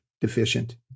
deficient